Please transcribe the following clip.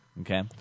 Okay